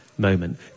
moment